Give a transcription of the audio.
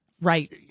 Right